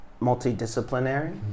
multidisciplinary